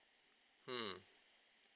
hmm